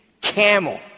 camel